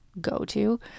go-to